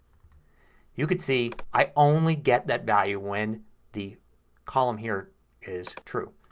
you could see i only get that value when the column here is true.